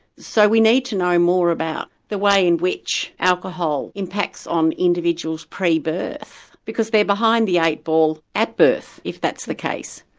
so we need to know more about the way in which alcohol impacts on individuals pre birth, because they are behind the eight ball at birth if that's the case.